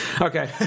Okay